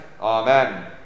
Amen